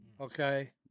Okay